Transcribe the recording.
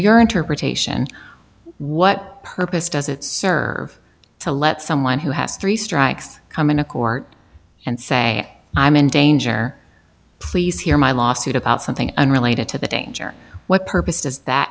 your interpretation what purpose does it serve to let someone who has three strikes come into court and say i'm in danger please hear my lawsuit about something unrelated to the danger what purpose does that